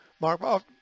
Mark